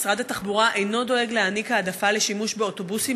משרד התחבורה אינו דואג להעניק העדפה לשימוש באוטובוסים